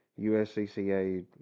USCCA